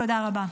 תודה רבה.